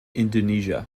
indonesia